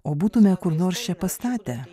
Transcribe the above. o būtume kur nors čia pastatę